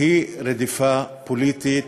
לפחות, היא רדיפה פוליטית